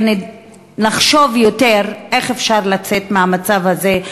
ונחשוב יותר איך אפשר לצאת מהמצב הזה,